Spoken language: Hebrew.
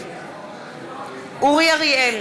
נגד אורי אריאל,